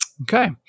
Okay